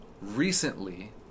recently